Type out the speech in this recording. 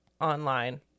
online